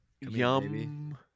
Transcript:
Yum